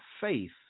faith